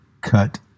cut